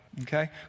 Okay